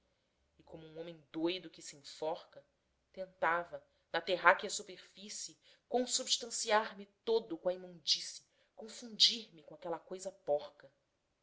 e como um homem doido que se enforca tentava na terráquea superfície consubstanciar me todo com a imundície confundir me com aquela coisa porca